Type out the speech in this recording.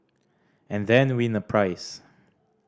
and then win a prize